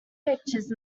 pictures